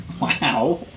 Wow